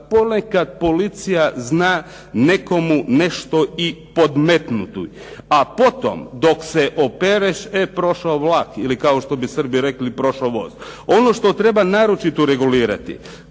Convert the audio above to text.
ponekad policija zna nekomu nešto i podmetnuti. A potom dok se opereš, e prošao vlak ili kao što bi Srbi rekli prošao voz. Ono što treba naročito regulirati,